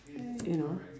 you know